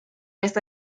esta